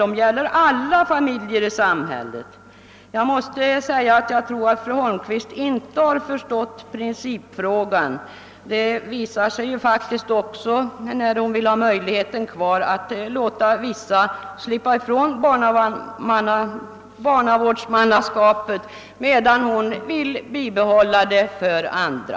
De gäller alla familjer i samhället. Jag tror att fru Holmqvist inte har förstått själva principfrågan. Detta framgår av att hon vill ha möjligheten kvar att låta vissa personer slippa ifrån barnavårdsmannaskapet, medan hon vill bibehålla det för andra.